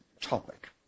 topic